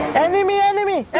enemy enemy!